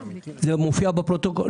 זה מופיע בפרוטוקול.